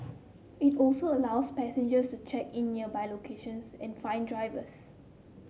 it also allows passengers to check in nearby locations and find drivers